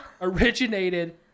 originated